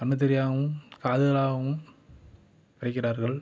கண் தெரியாமலும் காது கேளாமலும் படிக்கிறார்கள்